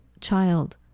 child